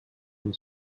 und